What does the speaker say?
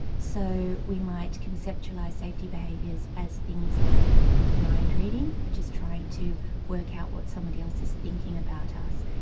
so we might conceptualise safety behaviours as things like mind reading, which is trying to work out what somebody else is thinking about us.